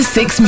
Six